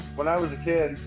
when i was a kid,